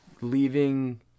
Leaving